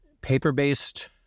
paper-based